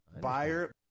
Buyer